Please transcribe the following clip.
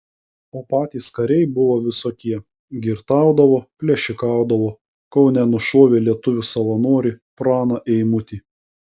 o patys kariai buvo visokie girtaudavo plėšikaudavo kaune nušovė lietuvių savanorį praną eimutį